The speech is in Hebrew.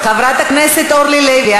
חברת הכנסת אורלי לוי,